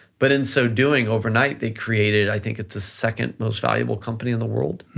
but in so doing overnight, they created, i think, it's the second most valuable company in the world.